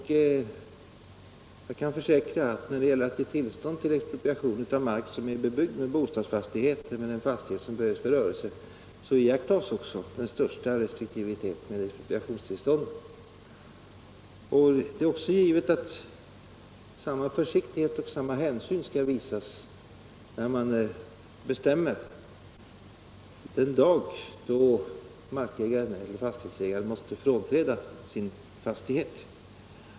Jag kan försäkra att den största restriktivitet iakttas när det gäller att ge tillstånd till expropriation av mark som är bebyggd med bostadsfastighet eller fastighet som behövs för rörelse. Det är givet att samma försiktighet och samma hänsyn skall visas när man bestämmer den dag då fastighetsägaren måste frånträda sin fastighet.